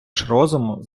розуму